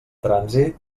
trànsit